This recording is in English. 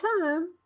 time